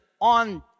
on